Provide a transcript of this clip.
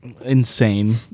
insane